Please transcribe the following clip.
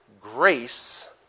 Grace